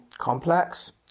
complex